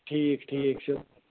ٹھیٖک چھُ ٹھیٖک چھُ